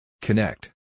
Connect